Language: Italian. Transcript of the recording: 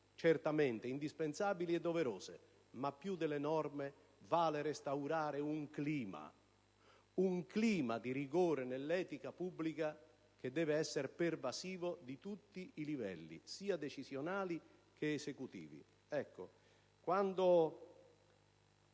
certamente indispensabili e doverose, ma più delle norme vale restaurare un clima di rigore nell'etica pubblica, che deve essere pervasivo di tutti i livelli, sia decisionali che esecutivi.